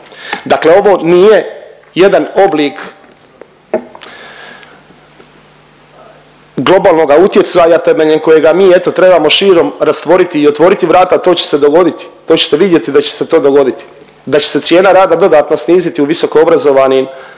Dakle, ovo nije jedan oblik globalnoga utjecaja temeljem kojega mi eto trebamo širom rastvoriti i otvoriti vrata, to će se dogoditi, to ćete vidjeti da će se to dogoditi, da će se cijena rada dodatno sniziti u visoko obrazovnim